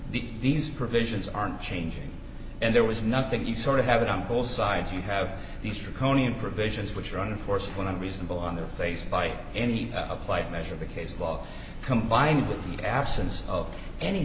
the these provisions aren't changing and there was nothing you sort of have it on both sides you have these draconian provisions which run of course when reasonable on their face by any applied measure the case law combined with the absence of any